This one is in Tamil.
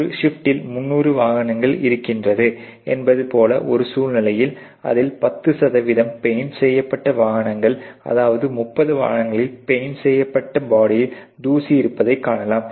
ஒரு ஷிஃப்ட்டில் 300 வாகனங்கள் இருக்கிறது என்பது போல ஒரு சூழ்நிலையில் அதில் 10 பெயிண்ட் செய்யப்பட்ட வாகனங்கள் அதாவது 30 வாகனங்களில் பெயிண்ட் செய்யப்பட்ட பாடியில் தூசி இருப்பதை காணலாம்